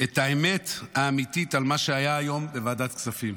את האמת האמיתית על מה שהיה היום בוועדת הכספים.